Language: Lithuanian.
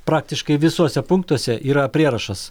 praktiškai visuose punktuose yra prierašas